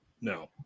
No